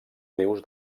rius